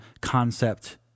concept